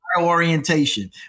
orientation